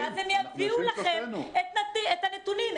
ואז הם יביאו לכם את הנתונים.